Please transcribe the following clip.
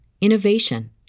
innovation